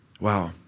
Wow